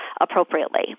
appropriately